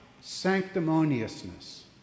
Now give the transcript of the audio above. sanctimoniousness